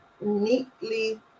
neatly